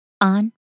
on